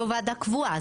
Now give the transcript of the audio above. לא ועדה קבועה.